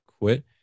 quit